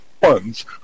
funds